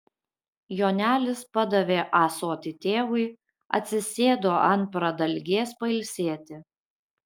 jonelis padavė ąsotį tėvui atsisėdo ant pradalgės pailsėti